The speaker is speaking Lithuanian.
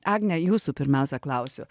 agne jūsų pirmiausia klausiu